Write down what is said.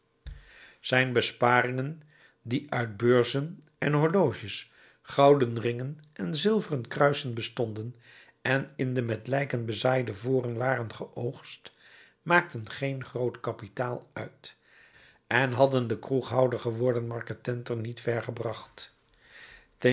zijn besparingen die uit beurzen en horloges gouden ringen en zilveren kruisen bestonden en in de met lijken bezaaide voren waren geoogst maakten geen groot kapitaal uit en hadden den kroeghouder geworden marketenter niet ver gebracht